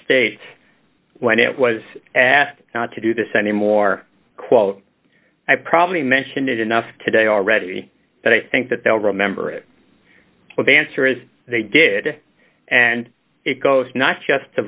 ge when it was asked to do this anymore quote i probably mentioned it enough today already that i think that they'll remember it well the answer is they did and it goes not just the